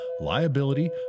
liability